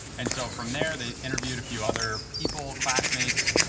and so from there they interviewed a few other people, classmates,